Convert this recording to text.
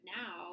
now